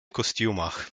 kostiumach